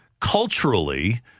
culturally